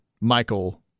Michael